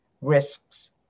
risks